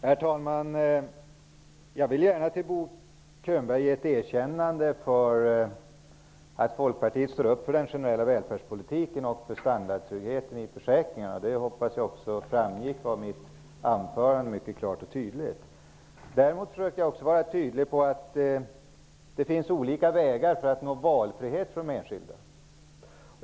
Herr talman! Jag vill gärna till Bo Könberg ge ett erkännande för att Folkpartiet står upp för den generella välfärdspolitiken och standardtryggheten i försäkringarna. Det hoppas jag också framgick av mitt anförande mycket klart och tydligt. Jag försökte också vara tydlig och säga att det finns olika vägar att ge valfrihet för de enskilda.